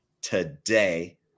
today